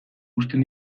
uzten